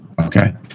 Okay